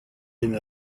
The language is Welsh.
hyn